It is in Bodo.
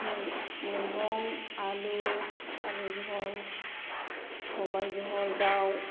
मैगं आलु आलु जहल सबाइ जहल दाउ